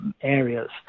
Areas